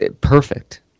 perfect